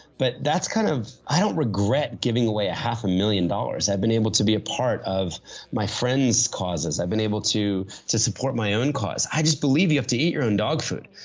but that's kind of. i don't regret giving away a half a million dollars. i've been able to be a part of my friend's causes. i've been able to to support my own cause. i just believe you have to eat your own dog food.